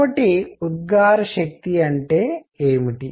కాబట్టి ఉద్గార శక్తి అంటే ఏమిటి